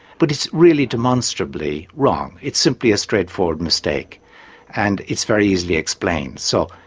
but it's really demonstrably wrong. it's simply a straightforward mistake and it's very easily explained. so,